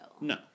No